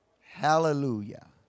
Hallelujah